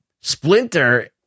Splinter